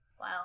Wow